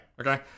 Okay